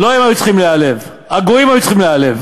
לא היו צריכים להיעלב, הגויים היו צריכים להיעלב.